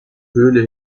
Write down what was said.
höhle